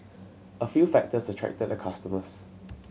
a few factors attracted the customers